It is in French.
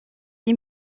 six